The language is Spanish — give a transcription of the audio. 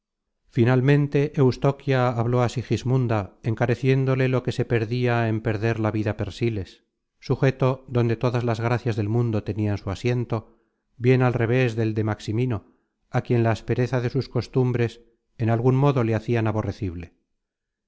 finalmente eustoquia habló á sigismunda encareciéndole lo que se perdia en perder la vida persiles sujeto donde todas las gracias del mundo tenian su asiento bien al reves del de maximino á quien la aspereza de sus costumbres en algun modo le hacian aborrecible